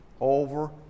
over